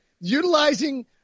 utilizing